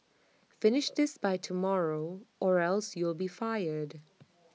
finish this by tomorrow or else you'll be fired